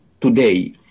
today